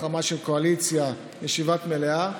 החרמה של קואליציה את ישיבת מליאה,